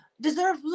deserve